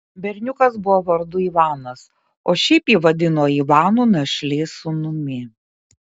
berniukas buvo vardu ivanas o šiaip jį vadino ivanu našlės sūnumi